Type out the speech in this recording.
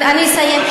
אני אסיים.